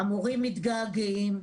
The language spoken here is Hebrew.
המורים מתגעגעים.